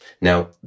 now